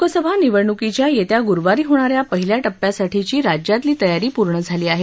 लोकसभा निवडणुकीच्या येत्या गुरुवारी होणाऱ्या पहिल्या टप्प्यासाठीची राज्यातली तयारी पूर्ण झाली आहे